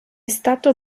stato